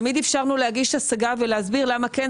תמיד אפשרנו להגיש השגה ולהסביר למה הם